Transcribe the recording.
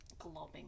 globbing